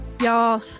Y'all